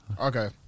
Okay